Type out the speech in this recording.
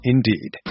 Indeed